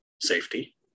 safety